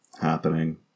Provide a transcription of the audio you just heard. happening